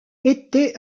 été